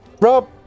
Rob